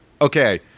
okay